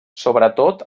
sobretot